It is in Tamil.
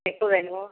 எப்போ வேணும்